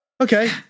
Okay